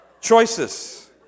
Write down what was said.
Choices